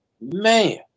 man